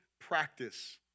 practice